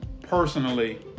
personally